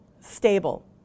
stable